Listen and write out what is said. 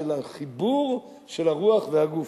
של החיבור של הרוח והגוף.